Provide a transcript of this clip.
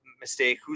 mistake